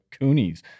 coonies